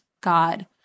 God